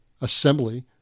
assembly